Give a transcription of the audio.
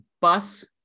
bus